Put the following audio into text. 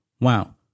Wow